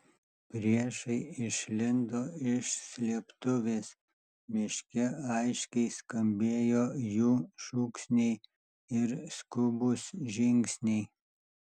priešai išlindo iš slėptuvės miške aiškiai skambėjo jų šūksniai ir skubūs žingsniai